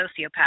sociopath